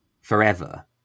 forever